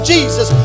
Jesus